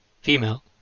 female